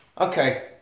Okay